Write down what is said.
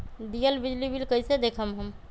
दियल बिजली बिल कइसे देखम हम?